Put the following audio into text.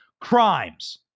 crimes